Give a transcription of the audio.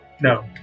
No